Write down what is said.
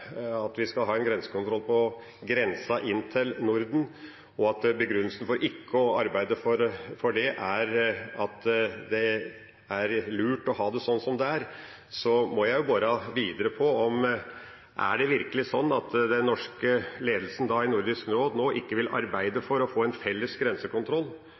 hvorvidt vi skal ha en grensekontroll på grensen inn til Norden, og at begrunnelsen for ikke å arbeide for det er at det er lurt å ha det sånn som det er, må jeg bore videre på: Er det virkelig sånn at den norske ledelsen i Nordisk råd nå ikke vil arbeide for å få en felles grensekontroll